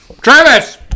Travis